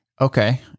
okay